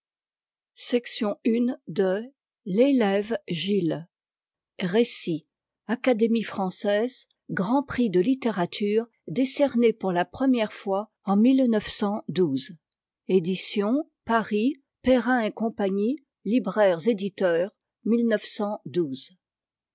lafon l'élève gilles récit académie française grand prix de littérature décerné pour la première fois en édition paris librairie académique perrin et cie libraires éditeurs